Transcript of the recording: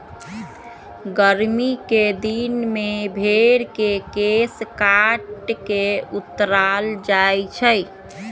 गरमि कें दिन में भेर के केश काट कऽ उतारल जाइ छइ